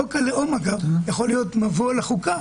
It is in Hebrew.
חוק הלאום, אגב, יכול להיות מבוא לחוקה.